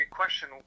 question